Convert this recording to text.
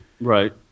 Right